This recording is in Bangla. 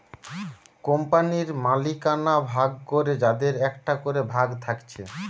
কোম্পানির মালিকানা ভাগ করে যাদের একটা করে ভাগ থাকছে